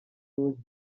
rouge